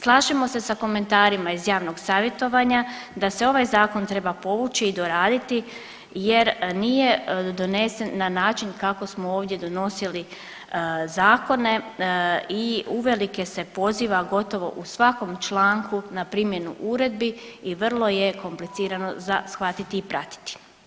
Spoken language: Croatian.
Slažemo se sa komentarima iz javnog savjetovanja da se ovaj Zakon treba povući i doraditi jer nije donesen na način kako smo ovdje donosili zakone i uvelike se poziva, gotovo u svakom članku na primjenu Uredbi i vrlo je komplicirano za shvatiti i pratiti.